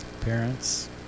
Parents